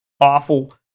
awful